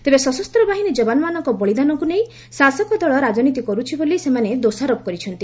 ତେବେ ସଶସ୍ତ ବାହିନୀ ଯବାନମାନଙ୍କ ବଳିଦାନକୁ ନେଇ ଶାସକ ଦଳ ରାଜନୀତି କରୁଛି ବୋଲି ସେମାନେ ଦୋଷାରୋପ କରିଛନ୍ତି